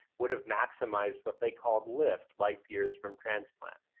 would have maximized what they called lyft, life years from transplant,